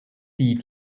die